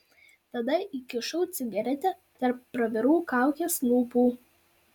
tada įkišau cigaretę tarp pravirų kaukės lūpų